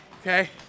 Okay